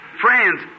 Friends